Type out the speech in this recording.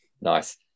Nice